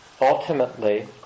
Ultimately